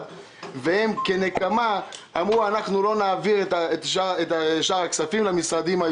והם כנקמה אמרו שהם לא יעבירו את שאר הכספים למשרדים.